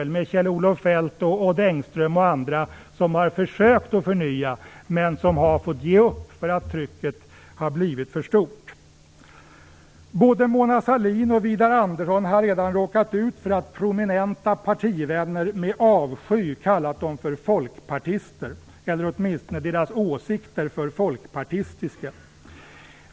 Bl.a. Kjell-Olof Feldt och Odd Engström har försökt förnya men fått ge upp därför att trycket blivit för stort. Både Mona Sahlin och Widar Andersson har redan råkat ut för att prominenta partivänner med avsky kallat dem för folkpartister - eller åtminstone deras åsikter för folkpartistiska.